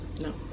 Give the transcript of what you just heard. No